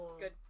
good